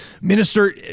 Minister